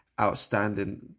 outstanding